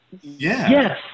Yes